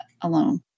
alone